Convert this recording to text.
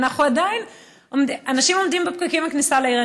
ועדיין אנשים עומדים בפקקים בכניסה לעיר,